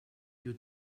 you